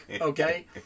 Okay